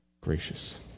gracious